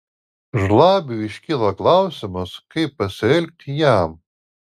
žlabiui iškyla klausimas kaip pasielgti jam